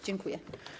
Dziękuję.